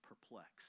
perplexed